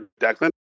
Declan